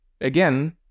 again